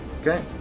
Okay